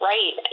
Right